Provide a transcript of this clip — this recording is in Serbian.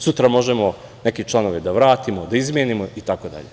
Sutra možemo neke članove da vratimo, izmenimo itd.